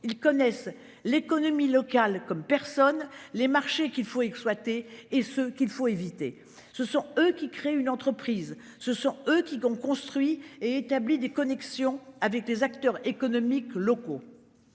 Ils connaissent l'économie locale comme personne les marchés qu'il faut exploiter et ce qu'il faut éviter ce sont eux qui créent une entreprise ce sont eux qui qu'on construit et établit des connexions avec des acteurs économiques locaux.